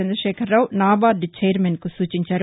Chandrashekar Rao NABARD ఛైర్మన్కు సూచించారు